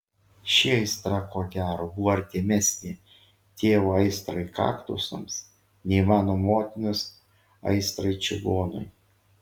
ši aistra ko gero buvo artimesnė tėvo aistrai kaktusams nei mano motinos aistrai čigonui